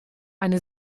eine